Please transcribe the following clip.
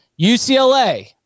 UCLA